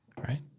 right